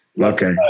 Okay